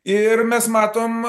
ir mes matom